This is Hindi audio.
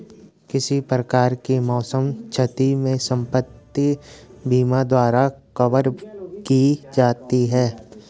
किसी प्रकार की मौसम क्षति भी संपत्ति बीमा द्वारा कवर की जाती है